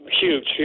huge